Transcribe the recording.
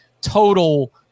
total